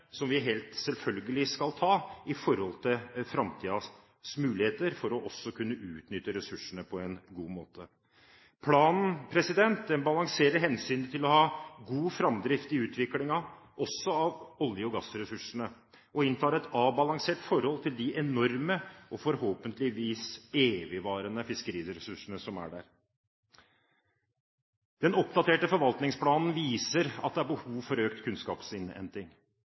som vi helt selvfølgelig skal ta når det gjelder framtidens muligheter for også å kunne utnytte ressursene på en god måte. Planen balanserer hensynet til å ha god framdrift i utviklingen av olje- og gassressursene og inntar et avbalansert forhold til de enorme og forhåpentligvis evigvarende fiskeriressursene som er der. Den oppdaterte forvaltningsplanen viser at det er behov for økt kunnskapsinnhenting.